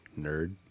Nerd